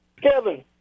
Kevin